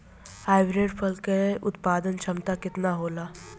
Hybrid फसल क उत्पादन क्षमता केतना होला?